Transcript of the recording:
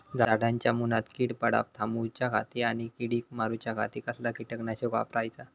झाडांच्या मूनात कीड पडाप थामाउच्या खाती आणि किडीक मारूच्याखाती कसला किटकनाशक वापराचा?